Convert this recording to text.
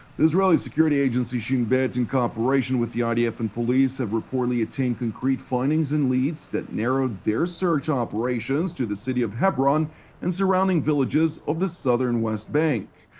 the israeli security agency, shin bet, in cooperation with the idf and police, have reportedly attained concrete findings and leads that narrowed their search operations to the city of hebron and surrounding villages of the southern west bank.